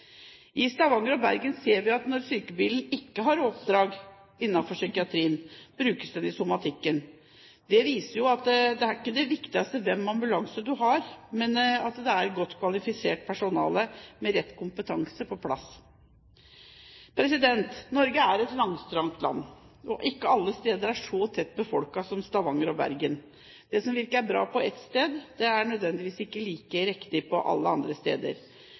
I Stavanger og Bergen ser vi at når «psykebilen» ikke har oppdrag innenfor psykiatrien, brukes den i somatikken. Det viser at det viktigste er ikke hvilken ambulanse en har, men at det er godt kvalifisert personale med rett kompetanse på plass. Norge er et langstrakt land, og ikke alle steder er så tett befolket som Stavanger og Bergen. Det som virker bra på et sted, er nødvendigvis ikke like riktig alle andre steder.